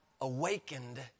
awakened